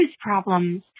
problems